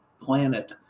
planet